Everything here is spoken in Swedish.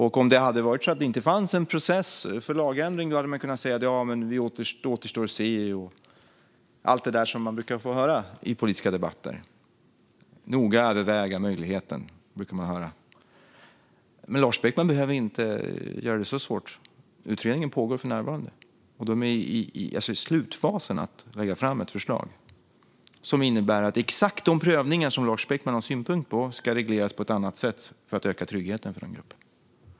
Om det hade varit så att det inte fanns en process för lagändring hade man kunnat säga att det återstår att se och allt det där som man brukar få höra i politiska debatter om att noga överväga möjligheten och så vidare. Men Lars Beckman behöver inte göra det så svårt. Utredningen pågår för närvarande, och den är i slutfasen med att lägga fram ett förslag som innebär att exakt de prövningar som Lars Beckman har synpunkter på ska regleras på ett annat sätt för att öka tryggheten för de här grupperna.